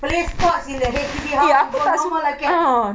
play sports in the H_D_B house to go to normal acad~